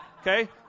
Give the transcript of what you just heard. Okay